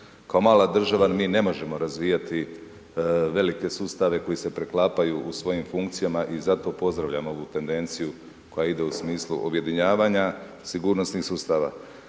Kao mala država, mi ne možemo razvijati velike sustave koji se preklapaju u svojim funkcijama i zato pozdravljam ovu tendenciju koja ide u smislu objedinjavanja sigurnosnih sustava.